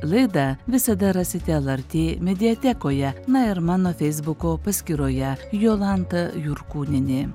laida visada rasite lrt mediatekoje na ir mano feisbuko paskyroje jolanta jurkūnienė